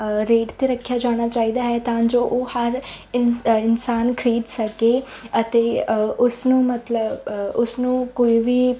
rate 'ਤੇ ਰੱਖਿਆ ਜਾਣਾ ਚਾਹੀਦਾ ਹੈ ਤਾਂ ਜੋ ਉਹ ਹਰ ਇਨ ਇਨਸਾਨ ਖਰੀਦ ਸਕੇ ਅਤੇ ਉਸਨੂੰ ਮਤਲਬ ਉਸਨੂੰ ਕੋਈ ਵੀ